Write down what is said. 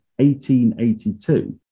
1882